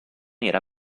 era